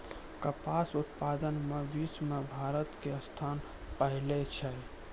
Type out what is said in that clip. कपास उत्पादन मॅ विश्व मॅ भारत के स्थान पहलो छै